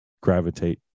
gravitate